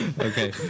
Okay